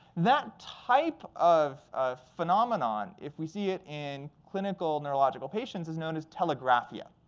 that type of phenomenon, if we see it in clinical neurological patients, is known as telegraphia.